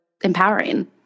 empowering